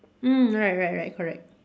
mm right right right correct